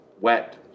wet